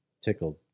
tickled